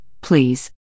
please